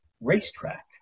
Racetrack